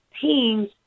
teams